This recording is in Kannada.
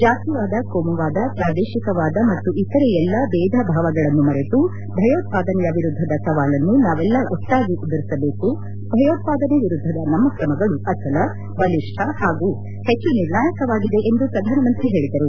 ಜಾತಿವಾದ ಕೋಮುವಾದ ಪ್ರಾದೇಶಿಕವಾದ ಮತ್ತು ಇತರೆ ಎಲ್ಲಾ ಬೇಧ ಭಾವಗಳನ್ನು ಮರೆತು ಭಯೋತ್ವಾದನೆಯ ವಿರುದ್ದದ ಸವಾಲನ್ನು ನಾವೆಲ್ಲ ಒಟ್ಪಾಗಿ ಎದುರಿಸಬೇಕು ಭಯೋತ್ಸಾದನೆ ವಿರುದ್ದದ ನಮ್ಮ ಕ್ರಮಗಳು ಅಚಲ ಬಲಿಷ್ಣ ಹಾಗೂ ಹೆಚ್ಚು ನಿರ್ಣಾಯಕವಾಗಿದೆ ಎಂದು ಪ್ರಧಾನಮಂತ್ರಿ ಹೇಳಿದರು